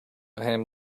him